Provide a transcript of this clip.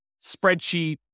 spreadsheet